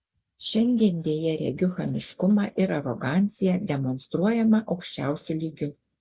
šiandien deja regiu chamiškumą ir aroganciją demonstruojamą aukščiausiu lygiu